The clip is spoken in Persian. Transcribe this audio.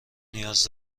نیاز